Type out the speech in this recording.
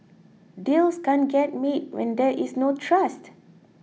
deals can't get made when there is no trust